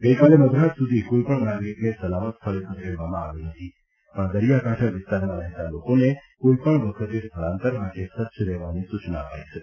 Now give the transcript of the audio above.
ગઇકાલે મધરાત સુધી કોઇપણ નાગરીકને સલામત સ્થળે ખસેડવામાં આવ્યા નથી પણ દરિયાકાંઠા વિસ્તારમાં રહેતા લોકોને કોઇપણ વખતે સ્થળાંતર માટે સજ્જ રહેવા સૂચના અપાઇ છે